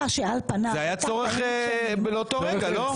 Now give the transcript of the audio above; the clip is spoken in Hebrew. זה היה צורך לאותו רגע, לא?